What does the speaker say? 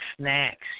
Snacks